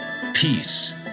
Peace